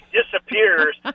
disappears